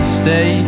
stay